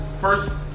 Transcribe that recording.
first